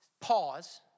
pause